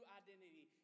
identity